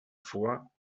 vor